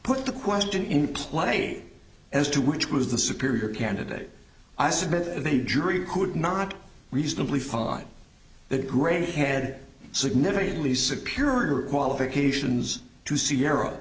put the question in play as to which was the superior candidate i submit that the jury could not reasonably find that gray head significantly superior qualifications to sierra